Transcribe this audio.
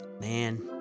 Man